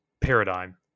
paradigm